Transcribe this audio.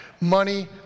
money